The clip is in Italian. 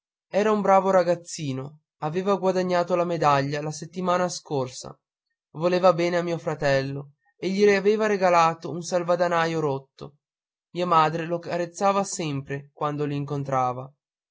era un bravo ragazzino aveva guadagnato la medaglia la settimana scorsa voleva bene a mio fratello e gli aveva regalato un salvadanaio rotto mia madre lo carezzava sempre quando lo incontrava